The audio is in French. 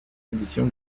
édition